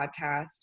podcast